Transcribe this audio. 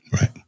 Right